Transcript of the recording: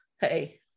hey